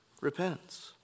repents